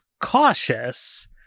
cautious